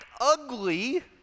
ugly